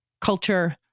culture